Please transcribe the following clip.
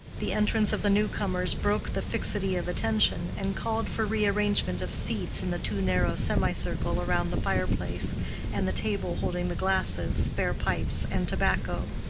the entrance of the new-comers broke the fixity of attention, and called for re-arrangement of seats in the too narrow semicircle round the fire-place and the table holding the glasses, spare pipes and tobacco.